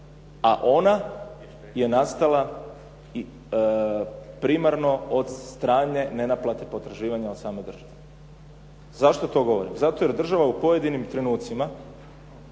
a ona je nastala i primarno od strane ne naplate potraživanje od same države. Zašto to govorim? Zato jer država u pojedinim trenucima